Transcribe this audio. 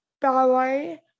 ballet